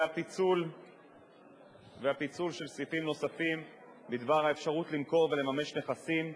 והפיצול של סעיפים נוספים בדבר האפשרות למכור ולממש נכסים,